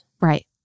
Right